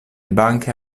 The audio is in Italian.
banche